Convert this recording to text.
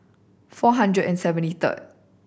four hundred and seventy third